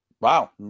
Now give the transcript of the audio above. Wow